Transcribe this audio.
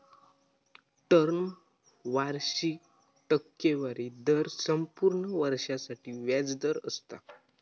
term वार्षिक टक्केवारी दर संपूर्ण वर्षासाठी व्याज दर असता